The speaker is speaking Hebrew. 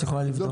את יכולה לבדוק.